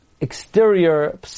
exterior